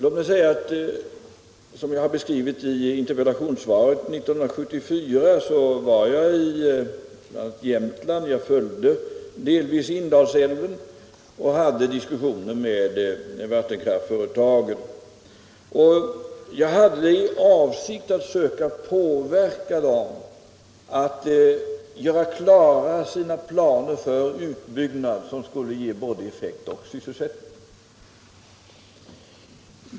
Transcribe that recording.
Jag var, som jag har beskrivit i mitt interpellationssvar, 1974 bl.a. uppe i Jämtland och följde då delvis Indalsälvens lopp. Jag förde diskussioner med vattenkraftföretagen och hade för avsikt att söka påverka dem att göra klara sina planer för en utbyggnad som skulle ge både effekt och sysselsättning.